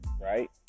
Right